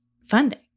funding